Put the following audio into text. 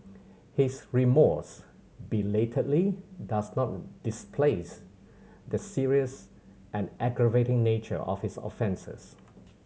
his remorse belatedly does not displace the serious and aggravating nature of his offences